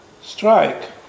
strike